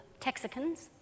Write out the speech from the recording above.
Texicans